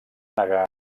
negar